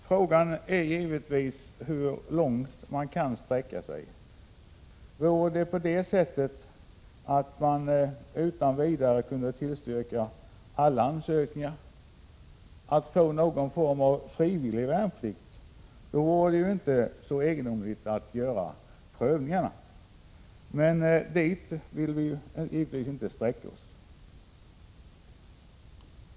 Frågan är givetvis hur långt man kan sträcka sig. Vore det på det sättet att man utan vidare kunde tillstyrka alla ansökningar, att man kunde få någon form av frivillig värnplikt, vore det inte så svårt att göra prövningarna, men dit vill vi naturligtvis inte sträcka oss.